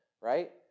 right